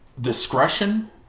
discretion